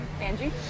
Angie